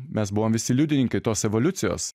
mes buvom visi liudininkai tos evoliucijos